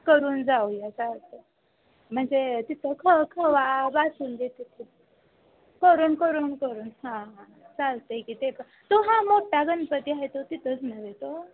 करून जाऊया चालतं आहे म्हणजे तिथं ख खवा बासुंदी तिथली करून करून करून हां हां चालतं आहे की ते एक तो हा मोठा गणपती आहे तो तिथंच नव्हे तो